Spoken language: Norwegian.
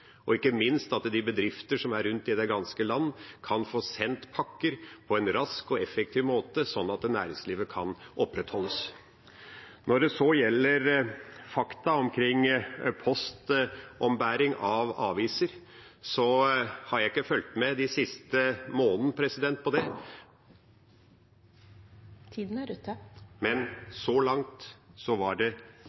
og, ikke minst, at de bedrifter som er rundt i det ganske land, kan få sendt pakker på en rask og effektiv måte, så næringslivet kan opprettholdes. Når det gjelder fakta omkring postombæring av aviser, har jeg ikke fulgt med på det de siste månedene, men så langt var det